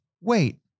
wait